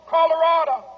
Colorado